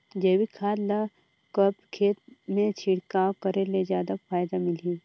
जैविक खाद ल कब खेत मे छिड़काव करे ले जादा फायदा मिलही?